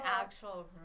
actual